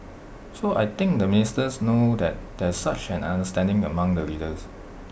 so I think the ministers know that there is such an understanding among the leaders